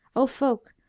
o folk,